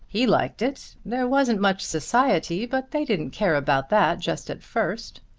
he liked it. there wasn't much society, but they didn't care about that just at first.